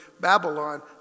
Babylon